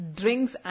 drinks